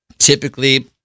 typically